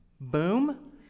Boom